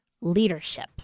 leadership